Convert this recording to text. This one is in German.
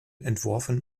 entworfen